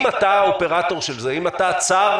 אם אתה האופרטור של זה, אם אתה צאר